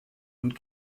und